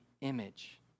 image